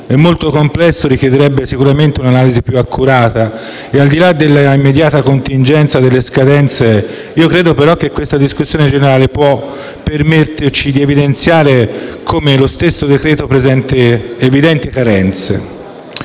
è molto complesso e richiederebbe sicuramente un'analisi più accurata, ma al di là dell'immediata contingenza delle scadenze, credo che questa discussione generale possa permetterci di evidenziare come questo decreto-legge presenti evidenti carenze.